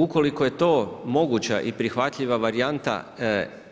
Ukoliko je to moguća i prihvatljiva varijanta